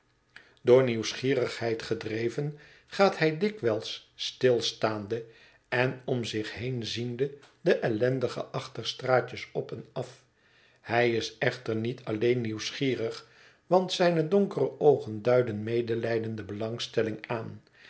door nieuwsgierigheid gedreven gaat hij dikwijls stilstaande en om zich heen ziende de ellendige achterstraatjes op en af hij is echter niet alleen nieuwsgierig want zijne donkere oogen duiden medelijdende belangstelling aan